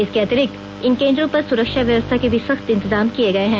इसके अतिरिक्त इन केंद्रों पर सुरक्षा व्यवस्था के भी सख्त इंतजाम किए गए हैं